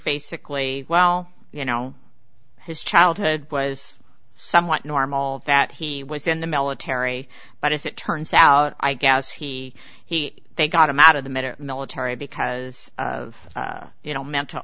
basically well you know his childhood was somewhat normal that he was in the military but as it turns out i guess he he they got him out of the major military because of you know mental